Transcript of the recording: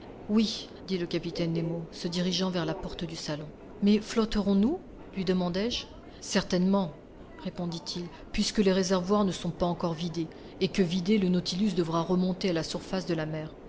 oui dit le capitaine nemo se dirigeant vers la porte du salon mais flotterons nous lui demandai-je certainement répondit-il puisque les réservoirs ne sont pas encore vidés et que vidés le nautilus devra remonter à la surface de la mer